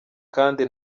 kandi